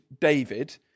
David